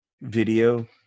video